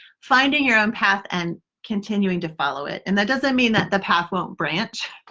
finding your own path and continuing to follow it. and that doesn't mean that the path won't branch,